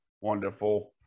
wonderful